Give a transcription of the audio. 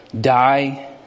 Die